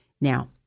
Now